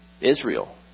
Israel